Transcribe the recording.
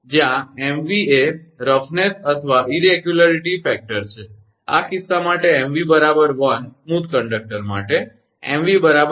જ્યાં 𝑚𝑣 એ કઠોરતારફનેસ અથવા અનિયમિતતા પરિબળ છે આ કિસ્સા માટે 𝑚𝑣 1 સરળ વાહક માટે 𝑚𝑣 0